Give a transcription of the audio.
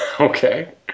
Okay